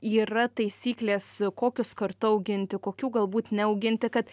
yra taisyklės kokius kartu auginti kokių galbūt neauginti kad